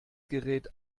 gerät